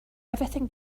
everything